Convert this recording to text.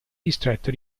distretto